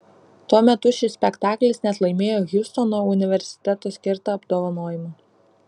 tuo metu šis spektaklis net laimėjo hjustono universiteto skirtą apdovanojimą